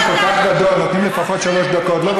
תודה.